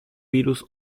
virus